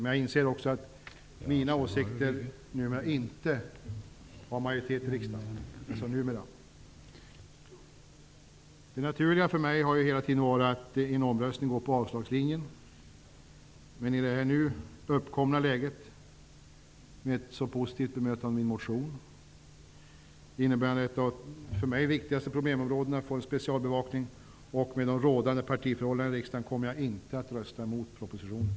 Men jag inser också att mina åsikter numera inte har majoritet i riksdagen. Det naturliga för mig har hela tiden varit att i en omröstning gå på avslagslinjen. Men i det nu uppkomna läget -- med ett så positivt bemötande av min motion, innebärande att ett av de för mig viktigaste problemområdena får en specialbevakning, och med de rådande partiförhållandena i riksdagen -- kommer jag inte att rösta emot propositionen.